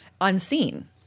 Unseen